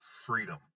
freedom